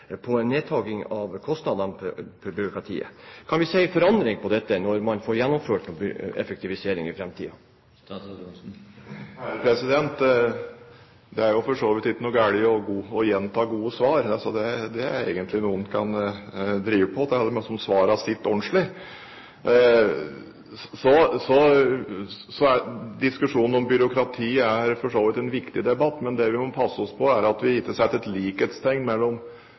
en nedtaking av kostnadene til byråkratiet. Kan vi se en forandring på dette, når får man gjennomført en effektivisering i fremtiden? Det er jo for så vidt ikke noe galt i å gjenta gode svar – det er egentlig noe man kan drive med helt til svarene sitter ordentlig. Diskusjonen om byråkrati er for så vidt en viktig debatt, men det vi må passe oss for, er at vi ikke setter likhetstegn